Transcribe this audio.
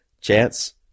Chance